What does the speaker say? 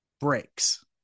breaks